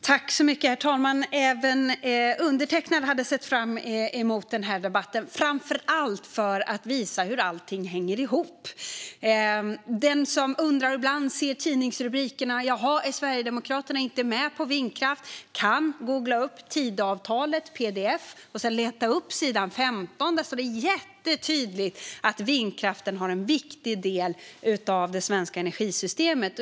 Herr talman! Även undertecknad hade sett fram emot den debatten, framför allt för att visa hur allting hänger ihop. Den som undrar, ibland ser tidningsrubrikerna och ställer frågan "Är Sverigedemokraterna inte med på vindkraft?" kan googla fram en pdf av Tidöavtalet. Sedan kan man leta upp sidan 15. Där står det jättetydligt att vindkraften är en viktig del av det svenska energisystemet.